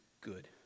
good